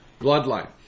bloodline